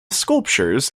sculptures